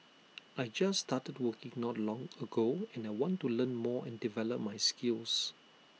I just started working not long ago and I want to learn more and develop my skills